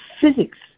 physics